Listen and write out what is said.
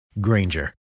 Granger